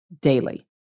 daily